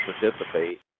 participate